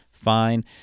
fine